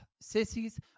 sissies